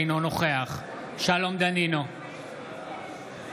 אינו נוכח שלום דנינו,